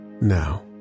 now